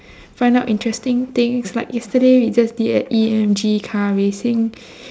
find out interesting things like yesterday we just did a E_M_G car racing